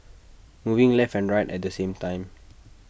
moving left and right at the same time